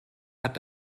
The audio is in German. hat